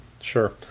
Sure